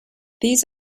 these